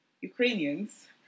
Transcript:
Ukrainians